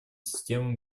системы